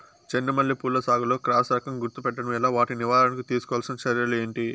చెండు మల్లి పూల సాగులో క్రాస్ రకం గుర్తుపట్టడం ఎలా? వాటి నివారణకు తీసుకోవాల్సిన చర్యలు ఏంటి?